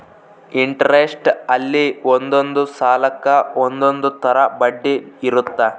interest ಅಲ್ಲಿ ಒಂದೊಂದ್ ಸಾಲಕ್ಕ ಒಂದೊಂದ್ ತರ ಬಡ್ಡಿ ಇರುತ್ತ